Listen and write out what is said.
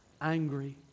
angry